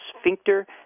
sphincter